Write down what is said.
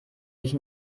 ich